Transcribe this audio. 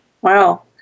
Wow